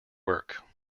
work